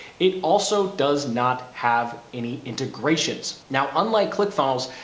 it also does not have any integrations. now, unlike click funnels,